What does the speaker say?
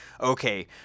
okay